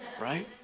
right